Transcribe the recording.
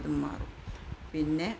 മാറും പിന്നെ